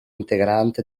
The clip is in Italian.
integrante